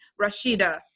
Rashida